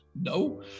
No